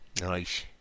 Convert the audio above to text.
Nice